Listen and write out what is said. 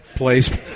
place